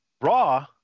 Raw